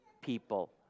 people